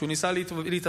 כשהוא ניסה להתאבד.